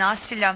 nasilja